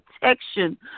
protection